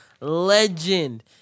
legend